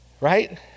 right